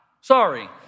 Sorry